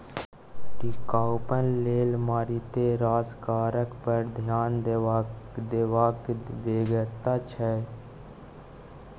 टिकाउपन लेल मारिते रास कारक पर ध्यान देबाक बेगरता छै